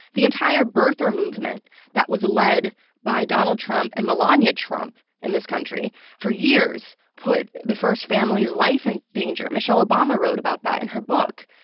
the entire birther movement that was led by donald trump and melania trump in this country for years put the first family's life in danger. michelle obama wrote about that in her book.